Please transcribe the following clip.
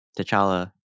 T'Challa